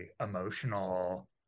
emotional